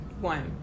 one